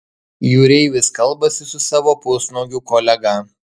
jūreivis kalbasi su savo pusnuogiu kolega